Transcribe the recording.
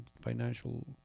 financial